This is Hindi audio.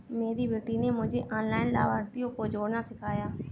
मेरी बेटी ने मुझे ऑनलाइन लाभार्थियों को जोड़ना सिखाया